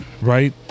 Right